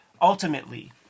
ultimately